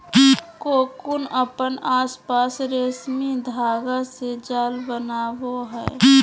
cocoon अपन आसपास रेशमी धागा से जाल बनावय हइ